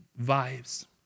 vibes